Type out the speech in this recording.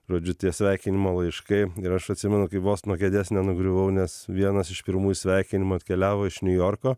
žodžiu tie sveikinimo laiškai ir aš atsimenu kai vos nuo kėdės nenugriuvau nes vienas iš pirmųjų sveikinimų atkeliavo iš niujorko